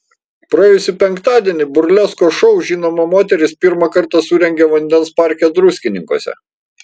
praėjusį penktadienį burleskos šou žinoma moteris pirmą kartą surengė vandens parke druskininkuose